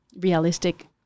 realistic